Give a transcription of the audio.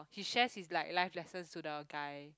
he shares his like life lessons to the guy